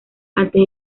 antes